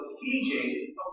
teaching